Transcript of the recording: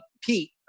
Pete